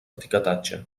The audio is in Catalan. etiquetatge